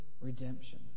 redemption